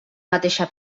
mateixa